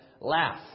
laugh